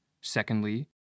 Secondly